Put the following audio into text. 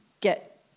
get